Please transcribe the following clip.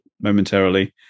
momentarily